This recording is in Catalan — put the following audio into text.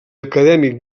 acadèmic